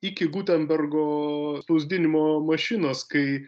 iki gutenbergo spausdinimo mašinos kai